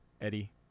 Eddie